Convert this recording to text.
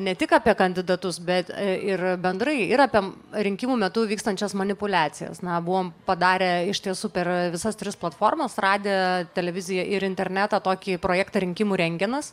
ne tik apie kandidatus bet ir bendrai ir apie rinkimų metu vykstančias manipuliacijas na buvom padarę iš tiesų per visas tris platformas radiją televiziją ir internetą tokį projektą rinkimų rentgenas